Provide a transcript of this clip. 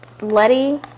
Letty